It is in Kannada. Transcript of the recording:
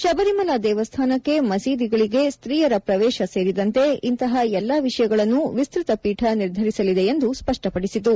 ಶಬರಿಮಲಾ ದೇವಸ್ಡಾನಕ್ಕೆ ಮಸೀದಿಗಳಿಗೆ ಸ್ತೀಯರ ಪ್ರವೇಶ ಸೇರಿದಂತೆ ಇಂತಹ ಎಲ್ಲಾ ವಿಷಯಗಳನ್ನು ವಿಸ್ತೃತ ಪೀಠ ನಿರ್ಧರಿಸಲಿದೆ ಎಂದು ಸ್ಪಷ್ಟಪಡಿಸಿತು